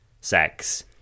sex